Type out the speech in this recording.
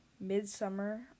Midsummer